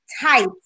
tight